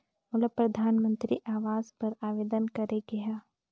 मोला परधानमंतरी आवास बर आवेदन करे के हा?